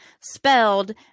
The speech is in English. spelled